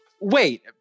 Wait